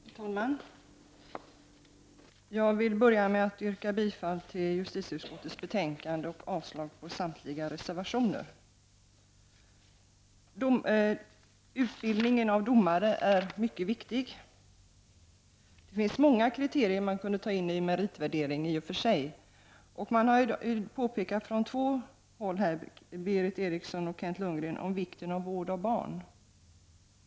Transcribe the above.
Herr talman! Jag vill börja med att yrka bifall till hemställan i justitieutskottets betänkande och avslag på samtliga reservationer. Utbildningen av domare är mycket viktig. Det finns många kriterier som skulle kunna tas med i en meritvärdering, och i dag har Berith Eriksson och Kent Lundgren påpekat vikten av vård av barn.